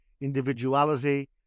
individuality